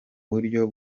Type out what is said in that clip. buryo